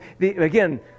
again